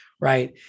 right